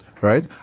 right